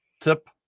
tip